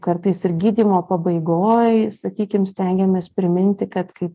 kartais ir gydymo pabaigoj sakykim stengiamės priminti kad kaip